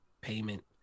payment